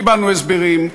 קיבלנו הסברים,